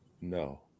No